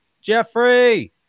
Jeffrey